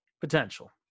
Potential